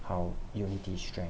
how utility strength